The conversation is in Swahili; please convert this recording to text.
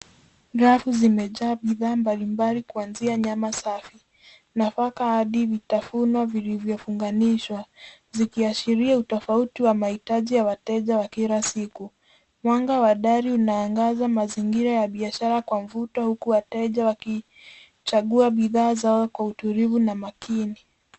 Rafu zimejaa bidhaa mbalimbali kuanzia nyama safi, nafaka hadi vitafunwa vilivyofunganishwa zikiashiria utofauti wa mahitaji ya wateja wa kila siku. Mwanga wa dari unaangaza mazingira ya biashara kwa mvuto huku wateja wakichagua bidhaa zao kwa utulivu na makini.